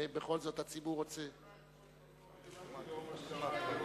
מה שקרה אתמול כבר לא רלוונטי למה שקורה היום.